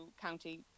County